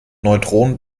neutronen